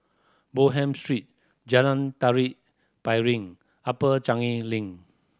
Bonham Street Jalan Tari Piring Upper Changi Link